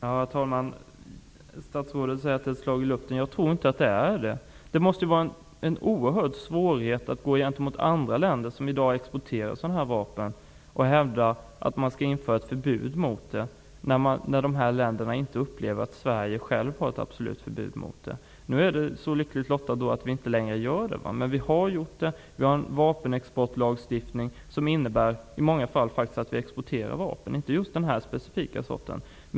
Herr talman! Statsrådet säger att en lag skulle vara ett slag i luften. Jag tror inte att det är så. Det måste vara oerhört svårt för Sverige att hävda att länder som i dag exporterar sådana här vapen skall införa ett förbud, när dessa länder inte upplever att Sverige självt har ett absolut förbud. Nu är det så lyckligt att vi inte längre tillverkar antipersonella minor, men vi har gjort det. Vi har en vapenexportlagstiftning som i många fall innebär att vi faktiskt exporterar vapen -- om än inte just denna specifika sort.